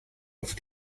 auf